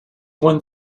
one